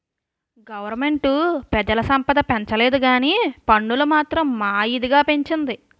government పెజల సంపద పెంచలేదుకానీ పన్నులు మాత్రం మా ఇదిగా పెంచింది